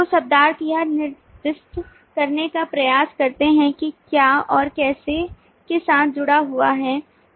जो शब्दार्थ यह निर्दिष्ट करने का प्रयास करते हैं कि क्या और कैसे के साथ जुड़ा हुआ है